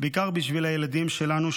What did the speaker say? בעיקר בשביל הילדים שלנו.